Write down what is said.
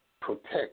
protect